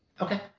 Okay